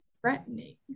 threatening